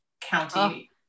county